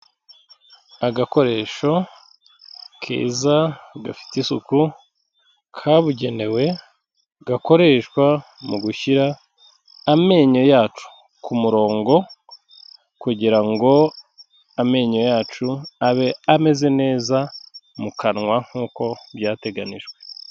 Agakoresho keza gafite isuku, kabugenewe gakoreshwa mu gushyira amenyo yacu ku murongo, kugira ngo amenyo yacu abe ameze neza mu kanwa nk'uko byateganijwe.